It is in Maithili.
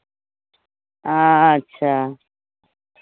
अच्छा